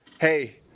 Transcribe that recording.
hey